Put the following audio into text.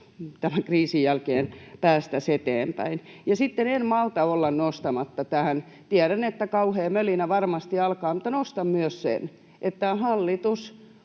tämän kriisin jälkeen päästäisiin eteenpäin. Sitten en malta olla nostamatta tähän — tiedän, että kauhea mölinä varmasti alkaa, mutta nostan sen — myös sitä, että hallitus